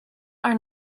are